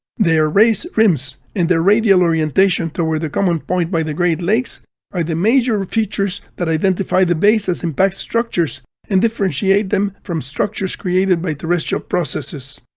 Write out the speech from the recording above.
their raised rims, and their radial orientation toward a common point by the great lakes are the major features that identify the bays as impact structures and differentiate them from structures created by terrestrial processes.